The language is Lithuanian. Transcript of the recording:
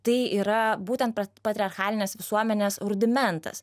tai yra būtent patriarchalinės visuomenės rudimentas